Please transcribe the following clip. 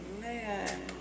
man